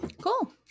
cool